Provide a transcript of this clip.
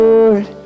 Lord